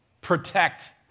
Protect